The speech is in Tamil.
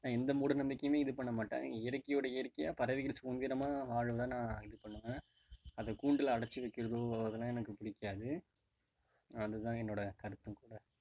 நான் எந்த மூடநம்பிக்கையுமே இது பண்ண மாட்டேன் இயற்கையோட இயற்கையாக பறவைகள் சுதந்திரமா வாழ தான் நான் இது பண்ணுவேன் அதை கூண்டில் அடைச்சி வைக்கிறதோ அதெல்லாம் எனக்கு பிடிக்காது அது தான் என்னோட கருத்தும் கூட